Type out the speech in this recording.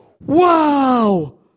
Wow